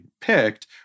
picked